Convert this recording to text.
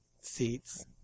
Seats